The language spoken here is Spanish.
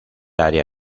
área